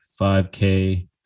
5k